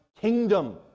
kingdom